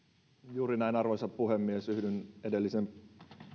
juuri näin arvoisa puhemies yhdyn edellisen